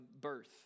birth